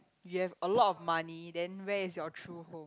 you have a lot of money then where is your true home